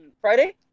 Friday